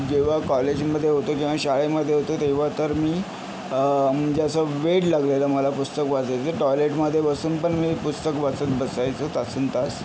जेव्हा कॉलेजमध्ये होतो किंवा शाळेमध्ये होतो तेव्हा तर मी म्हणजे असं वेड लागलेलं मला पुस्तक वाचायचं टॉयलेटमध्ये बसून पण मी पुस्तक वाचत बसायचो तास न तास